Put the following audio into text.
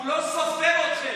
הוא לא סופר אתכם.